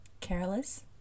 careless